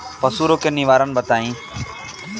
पशु रोग के निवारण बताई?